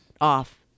off